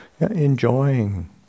enjoying